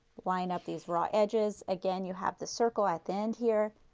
line up these raw edges, again you have this circle at the end here.